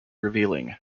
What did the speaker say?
revealing